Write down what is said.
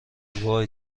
وای